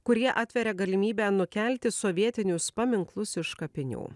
kurie atveria galimybę nukelti sovietinius paminklus iš kapinių